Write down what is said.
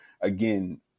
again